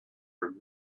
are